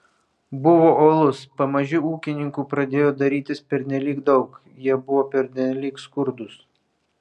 buvo uolus pamaži ūkininkų pradėjo darytis pernelyg daug jie buvo pernelyg skurdūs